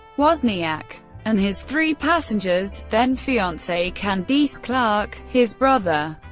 wozniak and his three passengers then-fiancee candice clark, his brother,